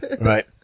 Right